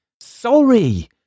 Sorry